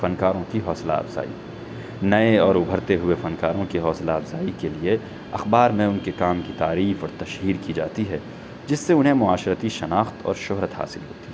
فنکاروں کی حوصلہ افزائی نئے اور ابھرتے ہوئے فنکاروں کی حوصلہ افزائی کے لیے اخبار میں ان کے کام کی تعریف اور تشہیر کی جاتی ہے جس سے انہیں معاشرتی شناخت اور شہرت حاصل ہوتی ہے